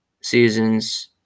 seasons